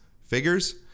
figures